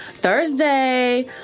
Thursday